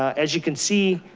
as you can see,